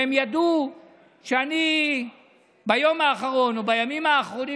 והם ידעו שביום האחרון או בימים האחרונים